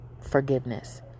Forgiveness